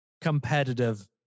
competitive